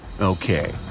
Okay